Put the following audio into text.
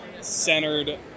centered